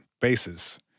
bases